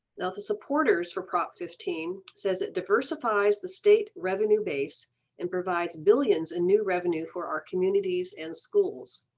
now the supporters for prop fifteen says it diversifies the state revenue base and provides billions in new revenue for our communities and schools.